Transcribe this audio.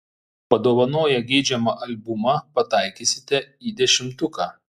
padovanoję geidžiamą albumą pataikysite į dešimtuką